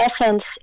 essence